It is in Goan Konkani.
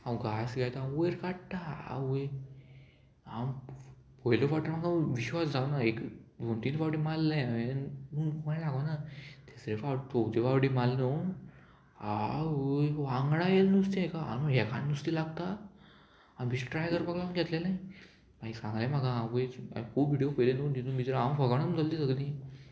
हांव घास घेता वयर काडटां आवय हांव पोयले फावट म्हाका विश्वास जावना एक दोन तीन फावटी मारलें हांवेंन पूण मागीर लागोना तिसरे फावट चोवथे फावटी मारलें न्हू आवय वांगडा येलें नुस्तें हेका हांव हेका नुस्तें लागता हांव बेस्टो ट्राय करपाक लागून घेतलेलें मागीर सांगलें म्हाका हांव वयतां खूब व्हिडियो पयलें न्हू तितून भितर हांव फकाणां समजलीं तीं सगलीं